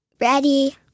Ready